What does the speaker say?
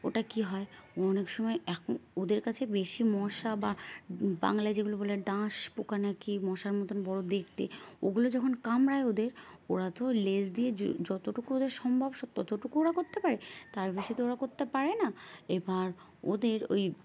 ওটা কী হয় অনেক সময় এখন ওদের কাছে বেশি মশা বা বাংলায় যেগুলো বলে ডাঁশ পোকা নাকি মশার মতন বড়ো দেখতে ওগুলো যখন কামড়ায় ওদের ওরা তো লেজ দিয়ে যতটুকু ওদের সম্ভব ততটুকু ওরা করতে পারে তার বেশি তো ওরা করতে পারে না এবার ওদের ওই